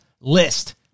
list